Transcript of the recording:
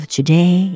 Today